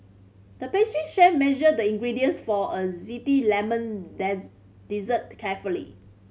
the pastry chef measured the ingredients for a lemon dessert carefully